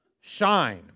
shine